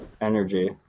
energy